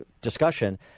Discussion